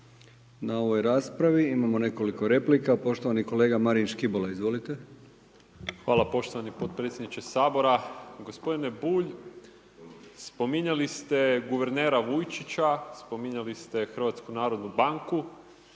na ovoj raspravi. Imamo nekoliko replika, poštovani kolega Marin Škibola, izvolite. **Škibola, Marin (Nezavisni)** Hvala poštovani podpredsjedniče sabora, gospodine Bulj spominjali ste guvernera Vujčića, spominjali ste HNB, mene zanima